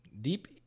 Deep